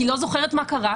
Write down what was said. כי היא לא זוכרת מה קרה,